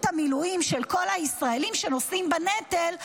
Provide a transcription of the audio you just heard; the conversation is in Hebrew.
המילואים של כל הישראלים שנושאים בנטל,